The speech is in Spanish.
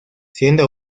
siendo